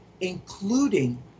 including